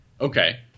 Okay